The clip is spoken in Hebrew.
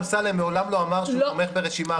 אמסלם לא אמר שהוא תומך ברשימה אחרת.